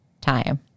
time